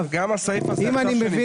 אם אני מבין